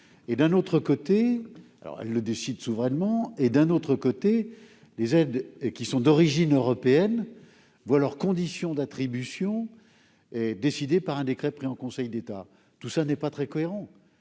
environnement ; elles en décident souverainement. D'un autre côté, les aides qui sont d'origine européenne voient leurs conditions d'attribution décidées un décret pris en Conseil d'État. Tout cela n'est pas très cohérent